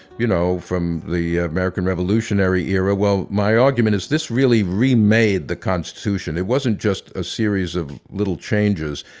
you know, from the american revolutionary era. well, my argument is this really remade the constitution. it wasn't just a series of little changes.